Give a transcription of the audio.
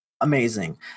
amazing